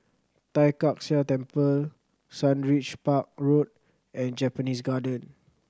Tai Kak Seah Temple Sundridge Park Road and Japanese Garden